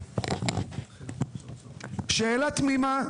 שאלה תמימה,